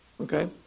okay